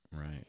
Right